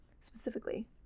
specifically